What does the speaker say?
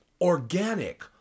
organic